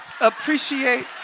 appreciate